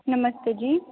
नमस्ते जी